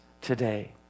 today